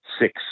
six